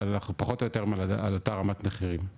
אבל אנחנו פחות או יותר עומדים על אותה רמת מחירים,